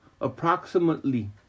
approximately